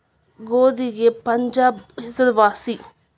ಗೋಧಿಗೆ ಪಂಜಾಬ್ ಹೆಸರು ವಾಸಿ